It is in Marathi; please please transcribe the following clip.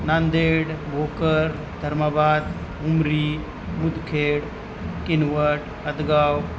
नांदेड भोकर धर्माबाद उंबरी मुदखेड किनवट अदगाव